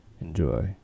enjoy